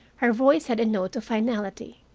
her voice had a note of finality.